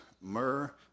myrrh